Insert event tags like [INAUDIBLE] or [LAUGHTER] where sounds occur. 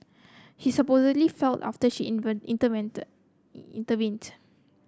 he supposedly felt after she even [UNINTELLIGIBLE] intervened